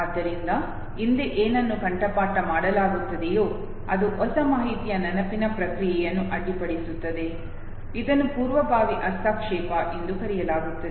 ಆದ್ದರಿಂದ ಹಿಂದೆ ಏನನ್ನು ಕಂಠಪಾಠ ಮಾಡಲಾಗುತ್ತದೆಯೋ ಅದು ಹೊಸ ಮಾಹಿತಿಯ ನೆನಪಿನ ಪ್ರಕ್ರಿಯೆಯನ್ನು ಅಡ್ಡಿಪಡಿಸುತ್ತದೆ ಇದನ್ನು ಪೂರ್ವಭಾವಿ ಹಸ್ತಕ್ಷೇಪ ಎಂದು ಕರೆಯಲಾಗುತ್ತದೆ